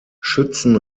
schützen